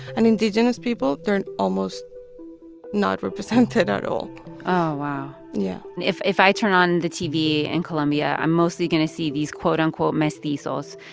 and indigenous people, they're almost not represented at all oh, wow yeah and if if i turn on the tv in colombia, i'm mostly going to see these, quote, unquote, mestizos.